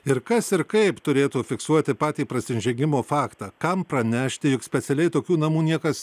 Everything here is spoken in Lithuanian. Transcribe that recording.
ir kas ir kaip turėtų fiksuoti patį prasižengimo faktą kam pranešti juk specialiai tokių namų niekas